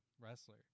wrestler